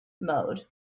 mode